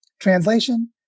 Translation